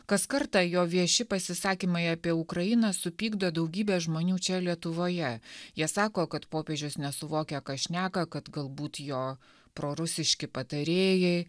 kas kartą jo vieši pasisakymai apie ukrainą supykdo daugybę žmonių čia lietuvoje jie sako kad popiežius nesuvokia ką šneka kad galbūt jo prorusiški patarėjai